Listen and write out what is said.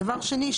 דבר שני,